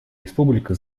республика